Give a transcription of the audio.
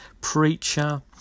preacher